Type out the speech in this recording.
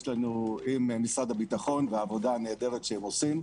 לנו עם משרד הביטחון ועל העבודה הנהדרת שהם עושים.